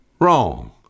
wrong